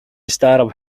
startup